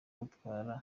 gutwara